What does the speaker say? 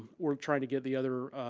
we're trying to get the other